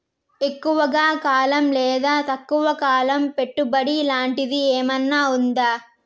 ఎక్కువగా కాలం లేదా తక్కువ కాలం పెట్టుబడి లాంటిది ఏమన్నా ఉందా